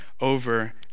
over